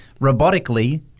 robotically